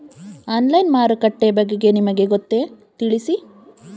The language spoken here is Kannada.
ಆನ್ಲೈನ್ ಮಾರುಕಟ್ಟೆ ಬಗೆಗೆ ನಿಮಗೆ ಗೊತ್ತೇ? ತಿಳಿಸಿ?